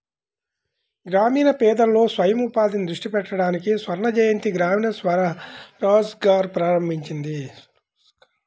గ్రామీణ పేదలలో స్వయం ఉపాధిని దృష్టి పెట్టడానికి స్వర్ణజయంతి గ్రామీణ స్వరోజ్గార్ ప్రారంభించింది